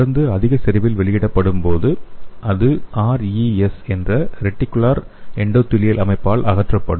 மருந்து அதிக செறிவில் வெளியிடப்படும் போது அது RES என்ற ரெட்டிகுலர் எண்டோதீலியல் அமைப்பால் அகற்றப்படும்